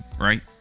right